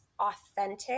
authentic